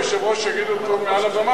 היושב-ראש יגיד אותו מעל הבמה,